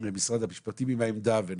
משרד המשפטים עם העמדה, ונכון,